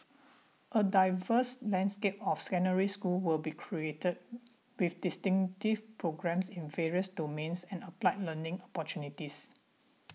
a diverse landscape of Secondary Schools will be created with distinctive programmes in various domains and applied learning opportunities